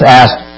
asked